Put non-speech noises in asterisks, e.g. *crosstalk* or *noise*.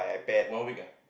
*noise* one week ah